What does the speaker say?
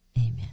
amen